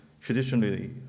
traditionally